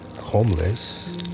homeless